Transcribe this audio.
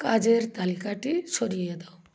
কাজের তালিকাটি সরিয়ে দাও